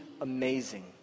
amazing